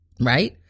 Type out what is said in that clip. right